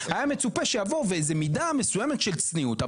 היה מצופה שיבוא באיזה מידה מסוימת של צניעות.